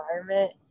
environment